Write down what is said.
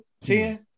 Ten